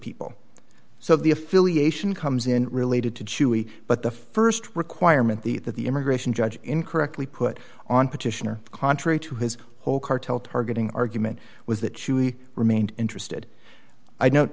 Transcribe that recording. pete so the affiliation comes in related to chewy but the st requirement the that the immigration judge incorrectly put on petitioner contrary to his whole cartel targeting argument was that she remained interested i no